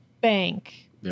bank